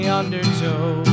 undertow